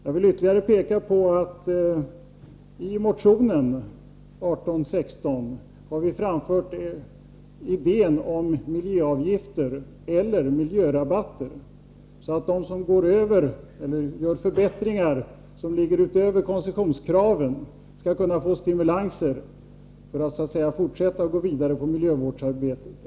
Jag vill ytterligare peka på att vi i motion 1816 har fört fram idén om miljöavgifter eller miljörabatter, så att de som gör förbättringar utöver koncessionskraven skall kunna få stimulanser för att så att säga gå vidare i miljövårdsarbetet.